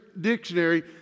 Dictionary